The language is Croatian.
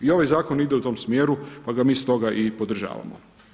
I ovaj zakon ide u tom smjeru pa ga mi stoga i podržavamo.